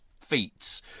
feats